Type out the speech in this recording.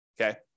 okay